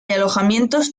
alojamientos